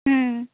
ᱦᱩᱸ